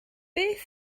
beth